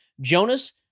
Jonas